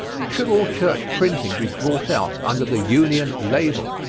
should all church printing be brought out under the union label?